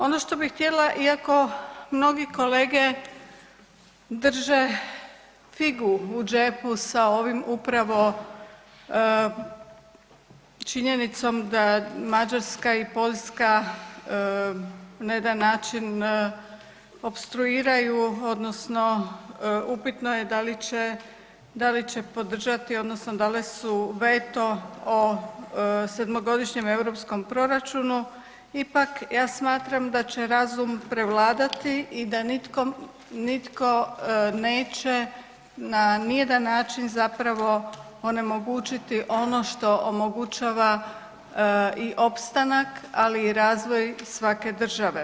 Ono što bi htjela iako mnogi kolege drže figu u džepu sa ovim upravo činjenicom da Mađarska i Poljska na jedan način opstruiraju odnosno upitno je da li će, da li će podržati odnosno dali su veto o sedmogodišnjem europskom proračunu ipak ja smatram da će razum prevladati i da nitko, nitko neće na nijedan način zapravo onemogućiti ono što omogućava i opstanak, ali i razvoj svake države.